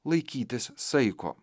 laikytis saiko